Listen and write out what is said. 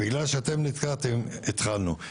בגלל שאתם התעכבתם, אנחנו כבר התחלנו.